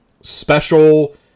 special